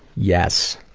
yes.